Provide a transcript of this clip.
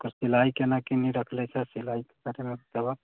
ओकर सिलाइ कोना कि रखने छह सिलाइ कतेक लेबऽ